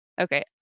okay